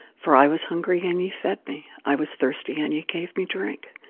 for i was hungry and you fed me. i was thirsty and you gave me drink.